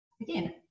again